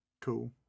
Cool